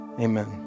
amen